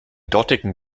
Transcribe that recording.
dortigen